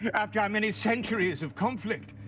after our many centuries of conflict,